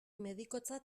medikotzat